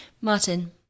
Martin